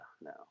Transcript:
no